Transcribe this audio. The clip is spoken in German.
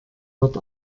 wird